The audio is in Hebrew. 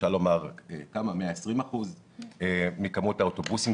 אפשר לומר 120% מכמות האוטובוסים,